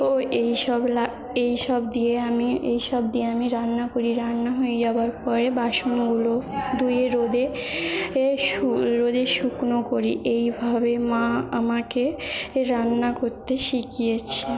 ও এইসব এইসব দিয়ে আমি এইসব দিয়ে আমি রান্না করি রান্না হয়ে যাওয়ার পরে বাসনগুলো ধুয়ে রোদে এ রোদে শুকনো করি এইভাবে মা আমাকে রান্না করতে শিখিয়েছে